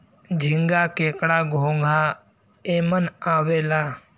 झींगा, केकड़ा, घोंगा एमन आवेला